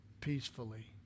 peacefully